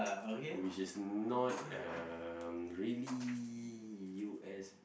which is not um really U_S